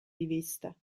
rivista